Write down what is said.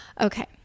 okay